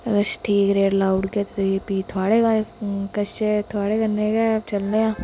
किश ठीक रेट लाउड़गे ते अस फ्ही थोआढ़े कश थोआढ़े कन्नै गै चलने आं